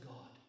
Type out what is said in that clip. God